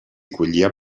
collia